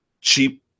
cheap